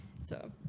so